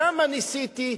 כמה ניסיתי,